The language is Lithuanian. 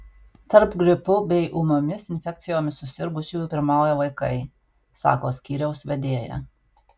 tarp gripu bei ūmiomis infekcijomis susirgusiųjų pirmauja vaikai sako skyriaus vedėja